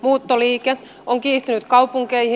muuttoliike on kiihtynyt kaupunkeihin